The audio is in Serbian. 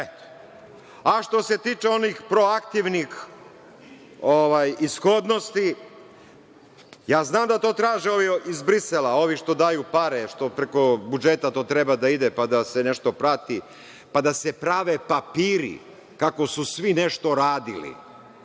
Eto. Što se tiče onih proaktivnih ishodnosti, znam da to traže ovi iz Brisela, ovi što daju pare, što preko budžeta to treba da ide da se nešto prati, pa da se prave papiri kako su svi nešto radili.